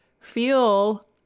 Feel